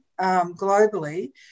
globally